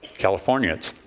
california emits